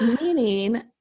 Meaning